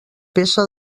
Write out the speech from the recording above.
peça